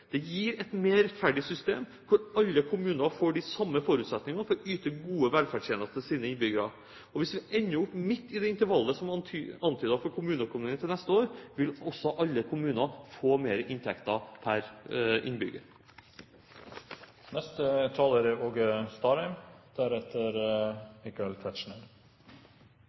Det gir et mer rettferdig system, der alle kommuner får de samme forutsetningene for å yte gode velferdstjenester til sine innbyggere. Og hvis vi ender opp midt i det intervallet som er antydet for kommuneøkonomien til neste år, vil også alle kommuner få mer inntekter per